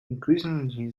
increasingly